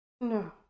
no